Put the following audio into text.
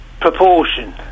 proportion